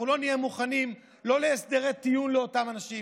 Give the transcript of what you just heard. אנחנו לא נהיה מוכנים להסדרי טיעון לאותם אנשים,